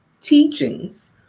teachings